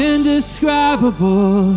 Indescribable